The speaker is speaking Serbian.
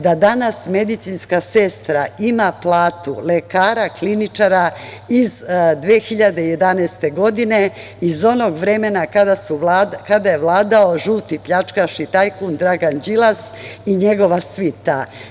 Danas medicinska sestra ima platu lekara kliničara iz 2011. godine iz onog vremena kada je vladao žuti pljačkaš i tajkun Dragan Đilas i njegova svita.